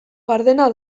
gardena